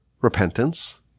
repentance